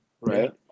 right